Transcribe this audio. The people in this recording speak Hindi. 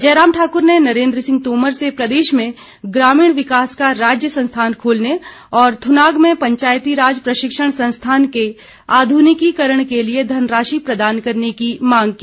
जयराम ठाकुर ने नरेंद्र सिंह तोमर से प्रदेश में ग्रामीण विकास का राज्य संस्थान खोलने और थुनाग में पंचायतीराज प्रशिक्षण संस्थान के आध्रनिकीकरण के लिए धनराशि प्रदान करने की मांग की